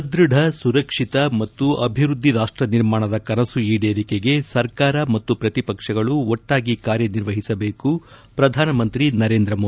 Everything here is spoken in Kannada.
ಸದೃಢ ಸುರಕ್ಷತೆ ಮತ್ತು ಅಭಿವೃದ್ಧಿ ರಾಷ್ಟ ನಿರ್ಮಾಣದ ಕನಸು ಈಡೇರಿಕೆಗೆ ಸರ್ಕಾರ ಮತ್ತು ಪ್ರತಿಪಕ್ಷಗಳು ಒಟ್ಪಾಗಿ ಕಾರ್ಯನಿರ್ವಹಿಸಬೇಕು ಪ್ರಧಾನಮಂತ್ರಿ ನರೇಂದ್ರ ಮೋದಿ